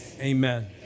amen